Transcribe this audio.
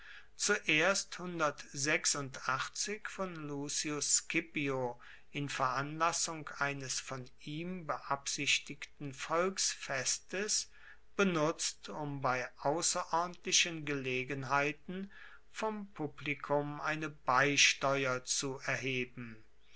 zuerst von lucius scipio in veranlassung eines von ihm beabsichtigten volksfestes benutzt um bei ausserordentlichen gelegenheiten vom publikum eine beisteuer zu erheben